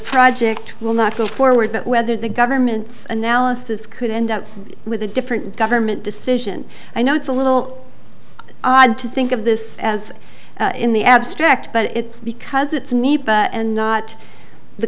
project will not go forward but whether the government's analysis could end up with a different government decision i know it's a little odd to think of this as in the abstract but it's because it's me but and not the